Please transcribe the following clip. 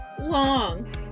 long